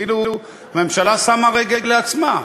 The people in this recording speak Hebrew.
ואילו הממשלה שמה רגל לעצמה,